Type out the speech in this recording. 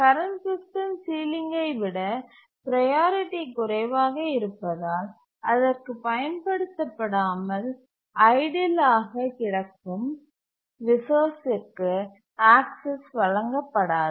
current system சீலிங்கை விட priority குறைவாக இருப்பதால் அதற்கு பயன்படுத்த படாமல் ஐடில் ஆக கிடக்கும் ரிசோர்ஸ்சிற்கு ஆக்சஸ் வழங்கப்படாது